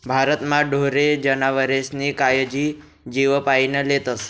भारतमा ढोरे जनावरेस्नी कायजी जीवपाईन लेतस